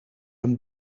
een